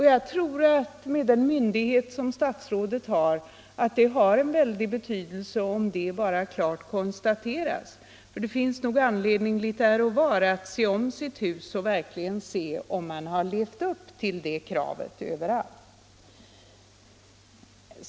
Jag tror att det har en väldig betydelse om det bara görs ett klart uttalande med den myndighet som statsrådet besitter. Det finns nog anledning litet här och var att se om sitt hus och verkligen tänka efter om man har levt upp till det kravet överallt.